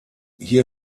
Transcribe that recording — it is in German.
hier